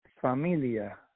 Familia